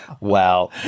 wow